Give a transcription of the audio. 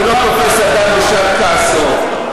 אני לא תופס אדם בשעת כעסו,